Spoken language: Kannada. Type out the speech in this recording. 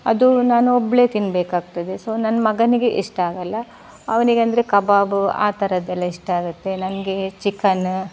ಅದು ನಾನೊಬ್ಬಳೇ ತಿನ್ಬೇಕಾಗ್ತದೆ ಸೊ ನನ್ನ ಮಗನಿಗೆ ಇಷ್ಟ ಆಗಲ್ಲ ಅವನಿಗಂದ್ರೆ ಕಬಾಬು ಆ ಥರದ್ದೆಲ್ಲ ಇಷ್ಟ ಆಗತ್ತೆ ನನಗೆ ಚಿಕನ